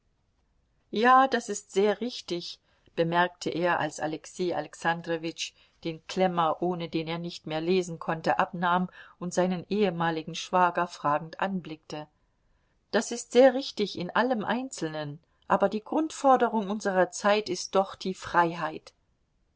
ja das ist sehr richtig bemerkte er als alexei alexandrowitsch den klemmer ohne den er nicht mehr lesen konnte abnahm und seinen ehemaligen schwager fragend anblickte das ist sehr richtig in allem einzelnen aber die grundforderung unserer zeit ist doch die freiheit